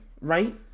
Right